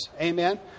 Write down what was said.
Amen